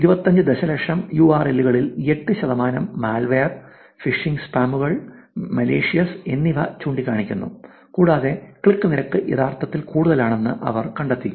25 ദശലക്ഷം യുആർഎല്ലുകളിൽ 8 ശതമാനം മാൽവെയർ ഫിഷിംഗ് സ്കാമുകൾ മലീഷിയസ് എന്നിവ ചൂണ്ടിക്കാണിക്കുന്നു കൂടാതെ ക്ലിക്ക് നിരക്ക് യഥാർത്ഥത്തിൽ കൂടുതലാണെന്ന് അവർ കണ്ടെത്തി